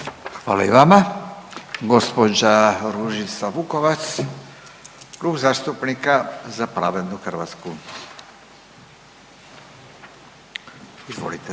Hvala i vama. Gospođa Ružica Vukovac, Klub zastupnika Za pravednu Hrvatsku. Izvolite.